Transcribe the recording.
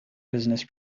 business